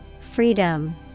Freedom